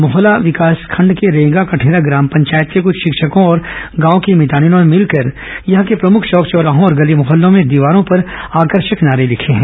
मोहला विकासखंड के रेंगाकठेरा ग्राम पंचायत के कुछ शिक्षकों और गांव की मितानिनों ने मिलकर यहां के प्रमुख चौक चौराहों और गली मोहल्लों में दीवारों पर आकर्षक नारे लिखे हैं